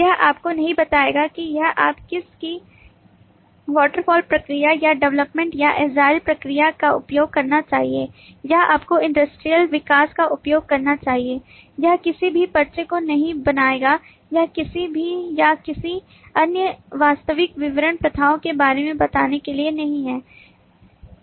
यह आपको नहीं बताएगा कि यह आप विकास की waterfal प्रक्रिया या development या agile प्रक्रिया का उपयोग करना चाहिए या आपको industrial विकास का उपयोग करना चाहिए यह किसी भी पर्चे को नहीं बनाएगा यह किसी भी या किसी अन्य वास्तविक विवरण प्रथाओं के बारे में बताने के लिए नहीं है